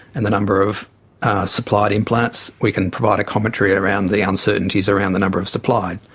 and the number of supplied implants, we can provide a commentary around the uncertainties around the number of supplied.